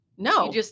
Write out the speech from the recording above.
No